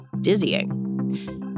dizzying